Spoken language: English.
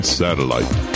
satellite